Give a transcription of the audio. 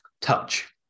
touch